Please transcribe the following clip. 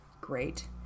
Great